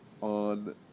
on